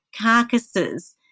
carcasses